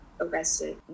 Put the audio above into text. arrested